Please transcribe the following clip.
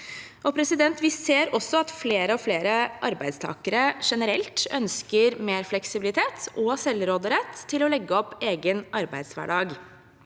Vi ser også at flere og flere arbeidstakere generelt ønsker mer fleksibilitet og selvråderett til å legge opp egen arbeidshverdag,